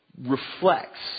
reflects